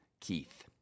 keith